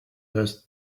those